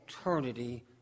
eternity